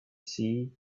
sea